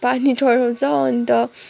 पानी चढाउँछ अन्त